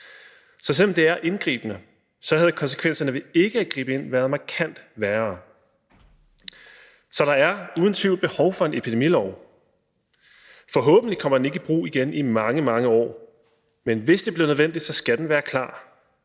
Så selv om det er indgribende, havde konsekvenserne ved ikke at gribe ind været markant værre. Så der er uden tvivl behov for en epidemilov. Den kommer forhåbentlig ikke i brug igen i mange, mange år, men hvis det bliver nødvendigt, skal den være klar.